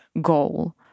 goal